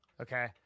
okay